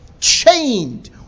chained